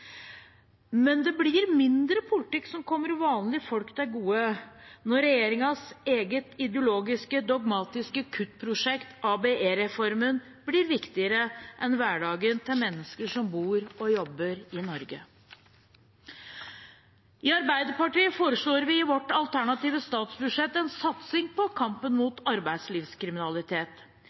Men det blir mindre politikk som kommer vanlige folk til gode når regjeringens eget ideologiske og dogmatiske kuttprosjekt ABE-reformen blir viktigere enn hverdagen til mennesker som bor og jobber i Norge. I Arbeiderpartiet foreslår vi i vårt alternative statsbudsjett en satsing på kampen mot arbeidslivskriminalitet.